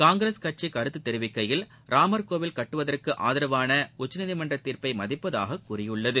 காங்கிரஸ் கட்சி கருத்து தெரிவிக்கையில் ராமர் கோவில் கட்டுவதற்கு ஆதரவான உச்சநீதிமன்ற தீர்ப்பை மதிப்பதாக கூறியுள்ளது